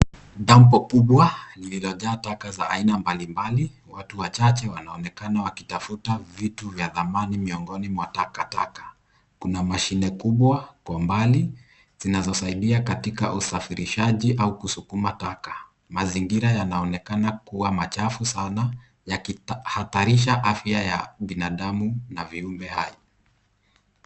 Dampo kubwa lenye takataka za aina mbalimbali. Watu wachache wanaonekana wakitafuta vitu vya zamani miongoni mwa takataka. Kuna mashine kubwa kwa mbali, zinazosaidia katika usafirishaji au kusukuma taka. Mazingira yanaonekana kuwa machafu sana na yakihatarisha afya ya binadamu na viumbe hai.